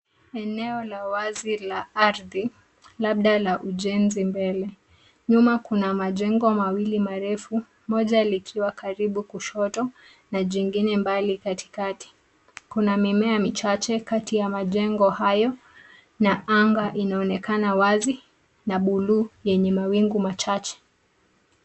Eneo la wazi la ardhi, labda la ujenzi mbele. Nyuma kuna majengo mawili marefu, moja likiwa karibu kushoto, na jingine mbali, katikati. Kuna mimea michache kati ya majengo hayo, na anga inaonekana wazi, na bluu, yenye mawingu machache.